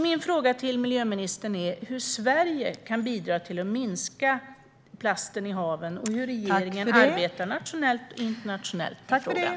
Min fråga till miljöministern är därför hur Sverige kan bidra till att minska platsen i haven och hur regeringen arbetar nationellt och internationellt med frågan.